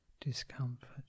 discomfort